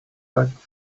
like